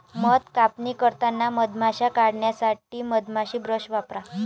मध कापणी करताना मधमाश्या काढण्यासाठी मधमाशी ब्रश वापरा